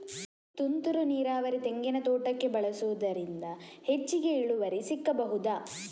ತುಂತುರು ನೀರಾವರಿ ತೆಂಗಿನ ತೋಟಕ್ಕೆ ಬಳಸುವುದರಿಂದ ಹೆಚ್ಚಿಗೆ ಇಳುವರಿ ಸಿಕ್ಕಬಹುದ?